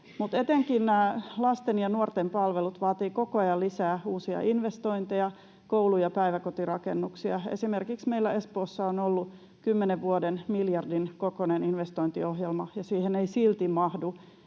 etenkin lasten ja nuorten palvelut vaativat koko ajan lisää uusia investointeja, kuten koulu- ja päiväkotirakennuksia. Esimerkiksi meillä Espoossa on ollut kymmenen vuoden miljardin kokoinen investointiohjelma, ja siihen ei silti mahdu.